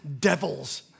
devils